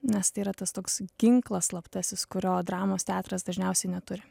nes tai yra tas toks ginklas slaptasis kurio dramos teatras dažniausiai neturi